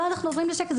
לא, אנחנו עוברים לשקף.